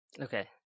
Okay